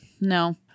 no